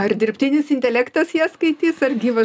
ar dirbtinis intelektas ją skaitys ar gyvas